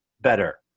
better